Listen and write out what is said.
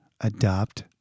adopt